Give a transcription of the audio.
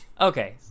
Okay